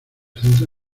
centra